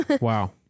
Wow